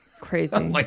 crazy